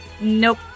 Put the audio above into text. Nope